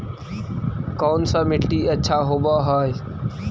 कोन सा मिट्टी अच्छा होबहय?